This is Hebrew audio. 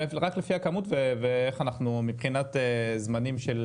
רק לפי הכמות ואיך אנחנו מבחינת זמנים של